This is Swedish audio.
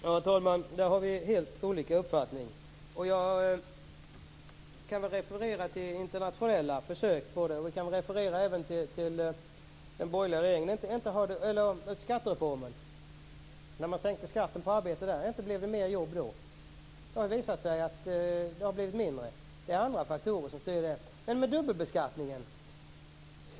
Herr talman! Där har vi helt olika uppfattning. Jag kan referera till internationella försök - och även till den borgerliga regeringen eller till skattereformen. Inte blev det fler jobb när man sänkte skatten på arbete? Det har visat sig att det har blivit färre. Det är andra faktorer som styr det. Så till det här med dubbelbeskattningen.